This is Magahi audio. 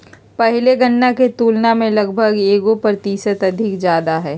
पहले गणना के तुलना में लगभग एगो प्रतिशत अधिक ज्यादा हइ